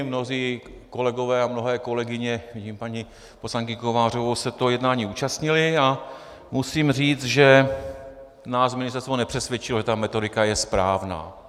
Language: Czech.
Mnozí kolegové a mnohé kolegyně vidím paní poslankyni Kovářovou se toho jednání účastnili a musím říct, že nás ministerstvo nepřesvědčilo, že ta metodika je správná.